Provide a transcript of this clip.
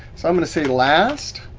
so, i'm gonna say, last.